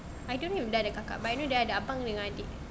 I don't know if dia ada kakak but I know dia ada abang ada adik